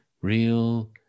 real